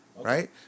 right